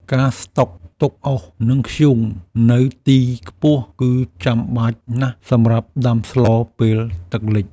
ការស្តុកទុកអុស និងធ្យូងនៅទីខ្ពស់គឺចាំបាច់ណាស់សម្រាប់ដាំស្លពេលទឹកលិច។